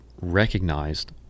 recognized